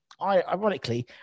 Ironically